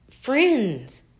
friends